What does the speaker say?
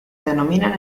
denominan